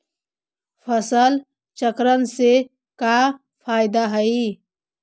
फसल चक्रण से का फ़ायदा हई?